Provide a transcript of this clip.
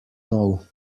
know